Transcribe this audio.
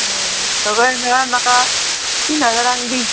बरें सगळें मेळान म्हाका तीन हजारांक दी